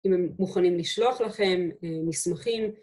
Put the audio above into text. אם הם מוכנים לשלוח לכם מסמכים